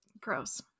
Gross